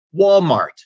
Walmart